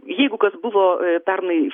jeigu kas buvo pernai